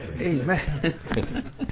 Amen